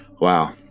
Wow